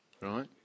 Right